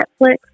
Netflix